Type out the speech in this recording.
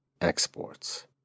exports